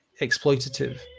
exploitative